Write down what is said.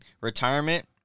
retirement